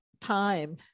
time